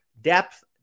depth